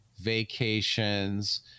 vacations